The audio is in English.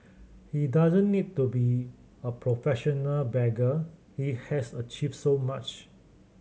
he doesn't need to be a professional beggar he has achieved so much